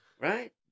right